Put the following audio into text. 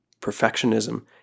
perfectionism